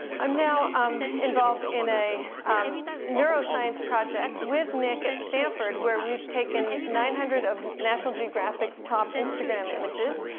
i'm now um involved in a neuroscience project with nic at stanford, where we've taken nine hundred of national geographic's top instagram images,